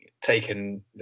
taken